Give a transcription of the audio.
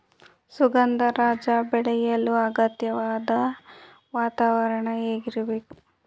ಸುಗಂಧರಾಜ ಬೆಳೆಯಲು ಅಗತ್ಯವಾದ ವಾತಾವರಣ ಹೇಗಿರಬೇಕು?